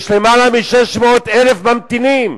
יש למעלה מ-600,000 ממתינים.